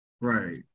right